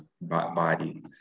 body